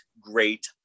great